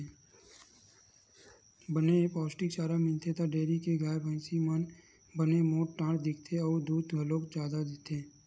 बने पोस्टिक चारा मिलथे त डेयरी के गाय, भइसी मन बने मोठ डांठ दिखथे अउ दूद घलो जादा देथे